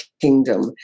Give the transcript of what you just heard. Kingdom